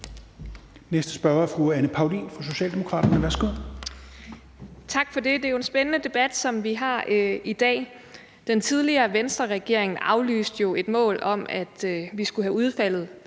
Næste spørger er fru Anne Paulin fra Socialdemokraterne. Værsgo. Kl. 14:26 Anne Paulin (S): Tak for det. Det er jo en spændende debat, vi har i dag. Den tidligere Venstreregering aflyste et mål om, at vi skulle have udfaset